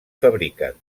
fabriquen